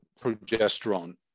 progesterone